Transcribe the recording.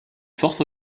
forte